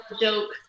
joke